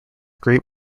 great